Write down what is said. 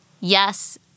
yes